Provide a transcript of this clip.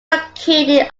located